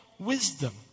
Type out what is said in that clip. Wisdom